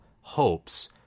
hopes